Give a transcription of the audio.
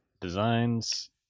designs